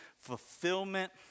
fulfillment